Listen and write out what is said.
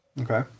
Okay